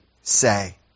say